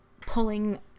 pulling